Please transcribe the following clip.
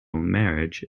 marriage